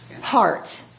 heart